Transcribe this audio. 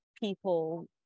people